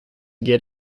get